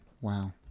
Wow